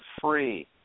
free